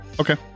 Okay